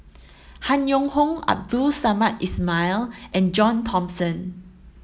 Han Yong Hong Abdul Samad Ismail and John Thomson